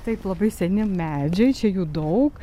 taip labai seni medžiai čia jų daug